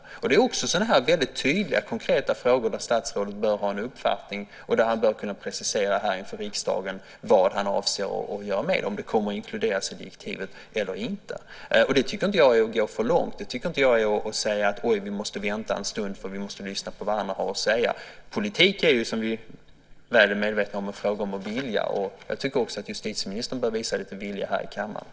Också det är sådana här tydliga och konkreta frågor där statsrådet bör ha en uppfattning och inför riksdagen bör kunna precisera vad han avser att göra, om han kommer att inkludera dem i direktiven eller inte. Jag tycker inte att det är att gå för långt. Man är inte tvungen att säga: Oj, vi måste vänta ett slag, för vi måste lyssna på vad andra har att säga. Politik är ju, som vi mycket väl är medvetna om, en fråga om att vilja. Jag tycker att också justitieministern bör visa lite vilja här i kammaren.